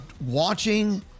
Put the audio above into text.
watching